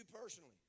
personally